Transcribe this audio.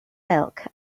milk